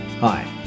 Hi